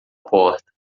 porta